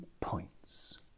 points